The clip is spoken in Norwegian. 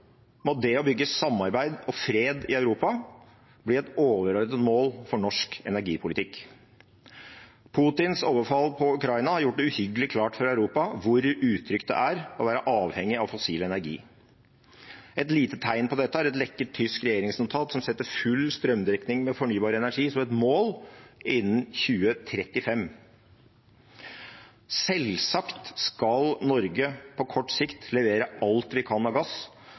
må det å bygge samarbeid og fred i Europa bli et overordnet mål for norsk energipolitikk. Putins overfall på Ukraina har gjort det uhyggelig klart for Europa hvor utrygt det er å være avhengig av fossil energi. Et lite tegn på dette er et lekket tysk regjeringsnotat som setter full strømdekning med fornybar energi som et mål innen 2035. Selvsagt skal Norge på kort sikt levere alt vi kan av gass